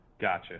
Gotcha